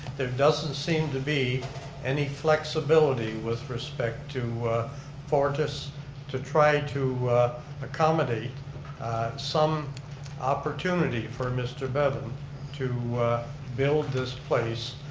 there doesn't seem to be any flexibility with respect to fortis to try to accommodate some opportunity for mr. bevan to build this place,